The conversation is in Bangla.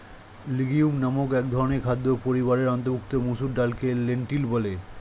লিগিউম নামক একধরনের খাদ্য পরিবারের অন্তর্ভুক্ত মসুর ডালকে লেন্টিল বলে